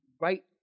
right